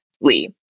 Lee